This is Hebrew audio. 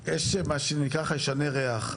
פשוט יש מה שנקרא חיישני ריח.